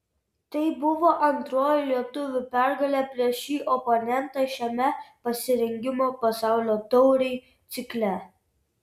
tai buvo antroji lietuvių pergalė prieš šį oponentą šiame pasirengimo pasaulio taurei cikle